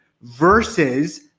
versus